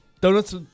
Donuts